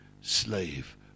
slave